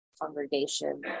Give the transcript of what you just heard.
congregation